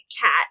cat